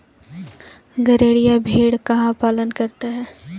गड़ेरिया भेड़ का पालन करता है